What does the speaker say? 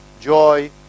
joy